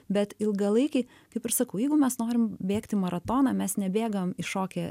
bet ilgalaikiai kaip ir sakau jeigu mes norim bėgti maratoną mes nebėgam iššokę